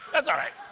that's all right.